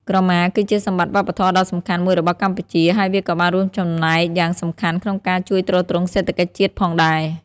ក្រមាគឺជាសម្បត្តិវប្បធម៌ដ៏សំខាន់មួយរបស់កម្ពុជា ហើយវាក៏បានរួមចំណែកយ៉ាងសំខាន់ក្នុងការជួយទ្រទ្រង់សេដ្ឋកិច្ចជាតិផងដែរ។